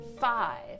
Five